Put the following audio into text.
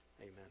amen